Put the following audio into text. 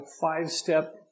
five-step